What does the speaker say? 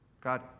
God